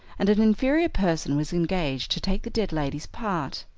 and an inferior person was engaged to take the dead lady's part.